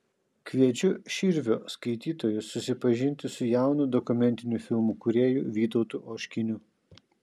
kviečiu širvio skaitytojus susipažinti su jaunu dokumentinių filmų kūrėju vytautu oškiniu